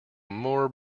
more